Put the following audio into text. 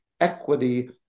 equity